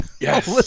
Yes